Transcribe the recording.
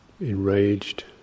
enraged